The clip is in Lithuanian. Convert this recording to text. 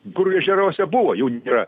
kur ežeruose buvo jau nėra